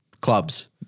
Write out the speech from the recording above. clubs